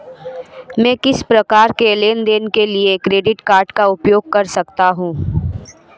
मैं किस प्रकार के लेनदेन के लिए क्रेडिट कार्ड का उपयोग कर सकता हूं?